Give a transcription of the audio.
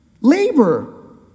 Labor